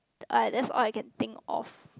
alright that's all I can think of